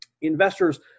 investors